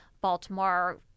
Baltimore